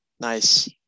Nice